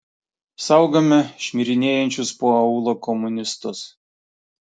saugome šmirinėjančius po aūlą komunistus